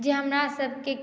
जे हमरा सबके